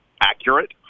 accurate